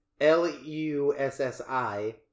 L-U-S-S-I